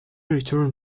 return